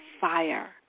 fire